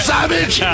Savage